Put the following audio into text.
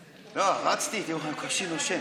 רצתי, אני בקושי נושם,